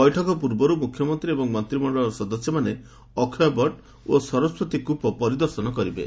ବୈଠକ ପୂର୍ବରୁ ମୁଖ୍ୟମନ୍ତ୍ରୀ ଏବଂ ମନ୍ତ୍ରିମଣ୍ଡଳର ସଦସ୍ୟମାନେ ଅକ୍ଷୟବଟ ଓ ସରସ୍ୱତୀ କୂପ ପରିଦର୍ଶନ କରିବେ